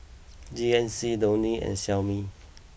G N C Downy and Xiaomi